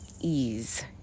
ease